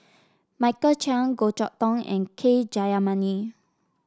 Michael Chiang Goh Chok Tong and K Jayamani